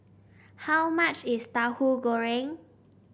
how much is Tahu Goreng